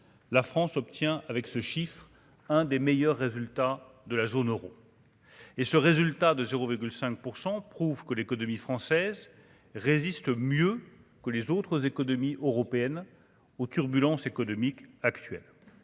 la France obtient avec ce chiffre, un des meilleurs résultats de la zone Euro et ce résultat de 0 5 pour 100 prouve que l'économie française résiste mieux que les autres économies européennes aux turbulences économiques actuelles,